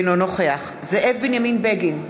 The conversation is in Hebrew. אינו נוכח זאב בנימין בגין,